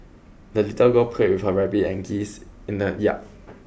the little girl played with her rabbit and geese in the yard